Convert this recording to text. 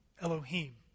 Elohim